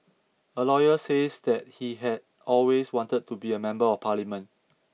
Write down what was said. a lawyer says that he had always wanted to be a member of parliament